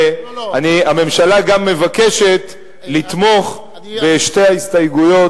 והממשלה מבקשת לתמוך גם בשתי ההסתייגויות.